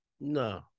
No